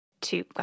two